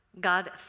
God